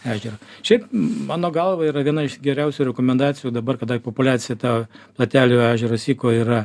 ežerą šiaip mano galva yra viena iš geriausių rekomendacijų dabar kada populiacija ta platelių ežero syko yra